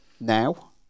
now